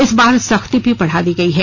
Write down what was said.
इस बार सख्ती भी बढ़ा दी गयी है